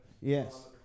Yes